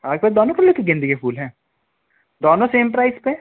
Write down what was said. आपके पास दोनों कलर के गेंदे के फूल हैं दोनों सेम प्राइस पे